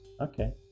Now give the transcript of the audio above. Okay